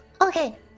Okay